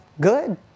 good